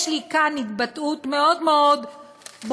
יש לי כאן התבטאות מאוד מאוד ברורה